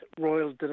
royal